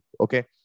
okay